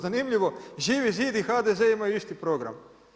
Zanimljivo, Živi zid i HDZ imaju isti program.